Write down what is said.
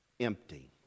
empty